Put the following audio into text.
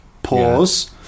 Pause